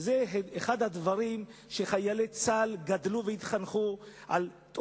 זה אחד הדברים שחיילי צה"ל גדלו והתחנכו עליו,